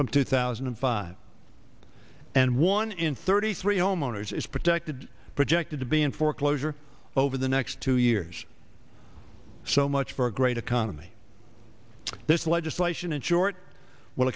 from two thousand and five and one in thirty three homeowners is protected projected to be in foreclosure over the next two years so much for a great economy this legislation and in short w